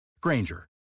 Granger